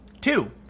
Two